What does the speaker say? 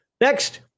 next